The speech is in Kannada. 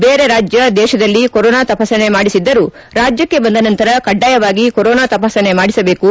ಬೇರೆ ರಾಜ್ಯ ದೇಶದಲ್ಲಿ ಕೊರೊನಾ ತಪಾಸಣೆ ಮಾಡಿಸಿದ್ದರೂ ರಾಜ್ಯಕ್ಷಿ ಬಂದ ನಂತರ ಕಡ್ಡಾಯವಾಗಿ ಕೊರೊನಾ ತಪಾಸಣೆ ಮಾಡಿಸಬೇಕು